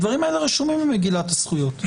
הדברים האלה רשומים במגילת הזכויות.